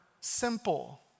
simple